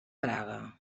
praga